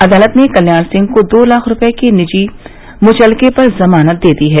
अदालत ने कल्याण सिंह को दो लाख रूपये के निजी मुचलके पर जमानत दे दी है